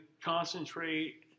concentrate